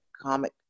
comic